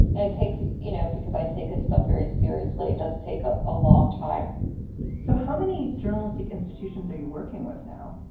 it takes you know, because i take this stuff very seriously. it does take a ah long time so how many journalistic institutions are you working with now?